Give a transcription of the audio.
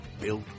built